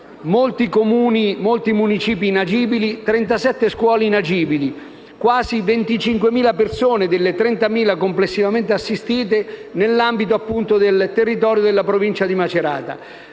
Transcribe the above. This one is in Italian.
molti i municipi inagibili, 37 le scuole inagibili e quasi 25.000 sono le persone, delle 30.000 complessivamente assistite, nell'ambito del territorio della Provincia di Macerata.